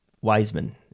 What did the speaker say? Wiseman